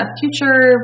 future